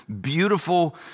beautiful